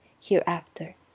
hereafter